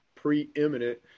preeminent